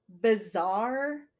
bizarre